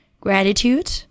gratitude